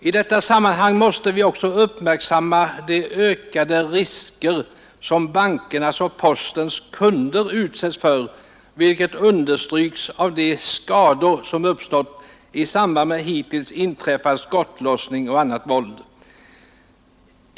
I detta sammanhang måste vi också uppmärksamma de ökade risker som bankernas och postens kunder utsätts för, vilket understryks av de skador som uppstått i samband med hittills inträffad skottlossning och annat våld.